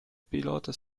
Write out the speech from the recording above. pilota